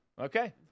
okay